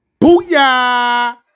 Booyah